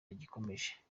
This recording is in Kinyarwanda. rigikomeza